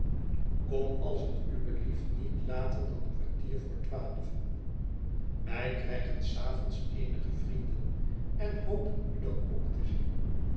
kom als t u blieft niet later dan kwartier voor twaalven wij krijgen s avonds eenige vrienden en hopen u dan ook te zien